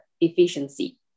efficiency